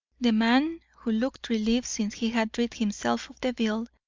the man, who looked relieved since he had rid himself of the bill,